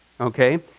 Okay